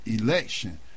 election